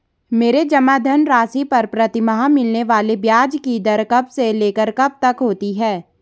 मेरे जमा धन राशि पर प्रतिमाह मिलने वाले ब्याज की दर कब से लेकर कब तक होती है?